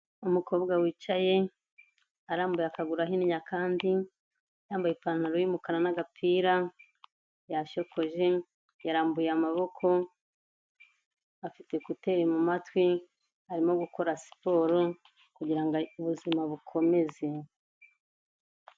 Umukobwa wicaye arambuye akaguru ahinye akandi, yambaye ipantaro y'umukara n'agapira yashokoje yarambuye amaboko, afite ekuteri mu matwi arimo gukora siporo kugira ngo ubuzima bukomeze.